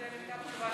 יש לי פה בידיי.